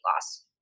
loss